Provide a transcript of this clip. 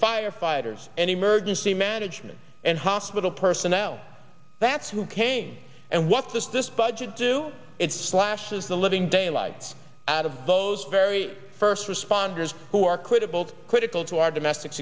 firefighters and emergency management and hospital personnel that's who came and what this this budget do it slashes the living daylights out of those very first responders who are critical critical to our domestic